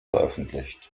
veröffentlicht